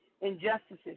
injustices